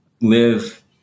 live